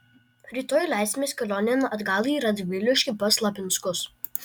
rytoj leisimės kelionėn atgal į radviliškį pas lapinskus